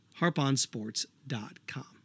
harponsports.com